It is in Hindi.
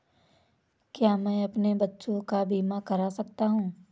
क्या मैं अपने बच्चों का बीमा करा सकता हूँ?